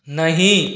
नहीं